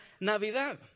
Navidad